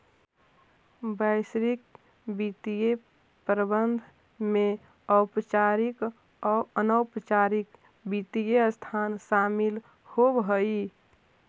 वैश्विक वित्तीय प्रबंधन में औपचारिक आउ अनौपचारिक वित्तीय संस्थान शामिल होवऽ हई